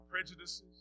prejudices